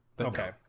okay